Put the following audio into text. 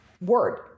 word